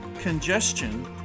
congestion